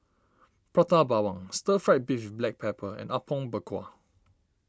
Prata Bawang Stir Fried Beef with Black Pepper and Apom Berkuah